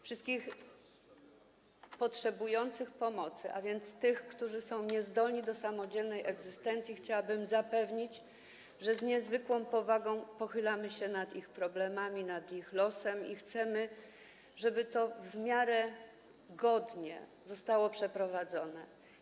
Wszystkich potrzebujących pomocy, tych którzy są niezdolni do samodzielnej egzystencji, chciałabym zapewnić, że z niezwykłą powagą pochylamy się nad ich problemami, nad ich losem i chcemy, żeby to w miarę godnie zostało przeprowadzone.